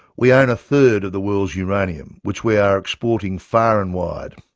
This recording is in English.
we own a third of the world's uranium which we are exporting far and wide.